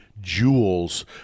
jewels